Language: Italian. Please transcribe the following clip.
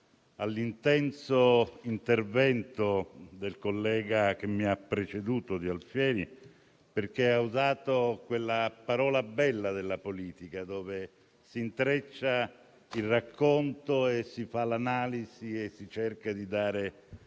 all'intenso intervento del senatore Alfieri che mi ha preceduto, perché ha usato quella parola bella della politica, dove si intreccia il racconto, si fa l'analisi e si cerca di dare